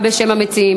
זחאלקה, בשם המציעים.